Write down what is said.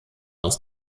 aus